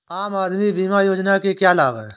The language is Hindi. आम आदमी बीमा योजना के क्या लाभ हैं?